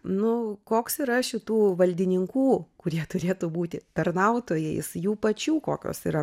nu koks yra šitų valdininkų kurie turėtų būti tarnautojais jų pačių kokios yra